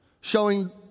showing